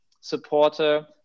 supporter